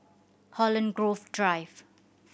Holland Grove Drive